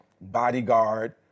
bodyguard